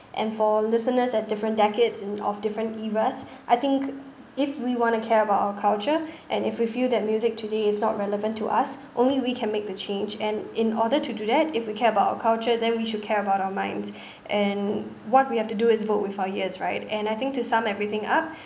and for listeners at different decades and of different eras I think if we want to care about our culture and if we feel that music today is not relevant to us only we can make the change and in order to do that if we care about our culture then we should care about our minds and what we have to do is vote with our ears right and I think to sum everything up